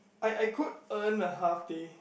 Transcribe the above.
I I could earn a half day